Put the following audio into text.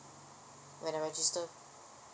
when I register